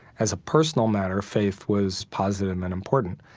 as a personal matter, faith was positive and important.